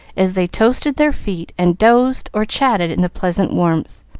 as they toasted their feet and dozed or chatted in the pleasant warmth.